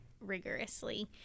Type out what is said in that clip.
rigorously